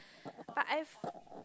but I have